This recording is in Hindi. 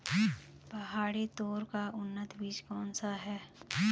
पहाड़ी तोर का उन्नत बीज कौन सा है?